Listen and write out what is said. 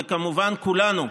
וכמובן כולנו,